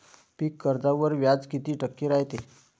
पीक कर्जावर व्याज किती टक्के रायते?